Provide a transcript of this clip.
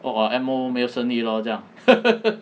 !oho! M_O 没有生意 lor 这样